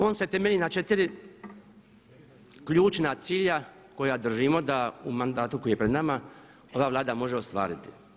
On se temelji na 4 ključna cilja koja držimo da u mandatu koji je pred nama ova Vlada može ostvariti.